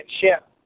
ship